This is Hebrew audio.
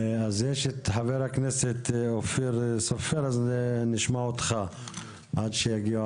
חבר הכנסת אופיר סופר נמצא כאן ועד שיגיעו